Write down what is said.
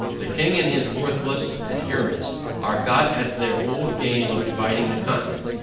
the king and his worthless adherents are got at their old game of dividing the continent,